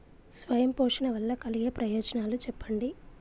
స్వయం పోషణ వల్ల కలిగే ప్రయోజనాలు చెప్పండి?